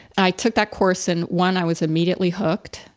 i took that course and one, i was immediately hooked.